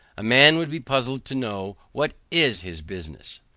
a man would be puzzled to know what is his business.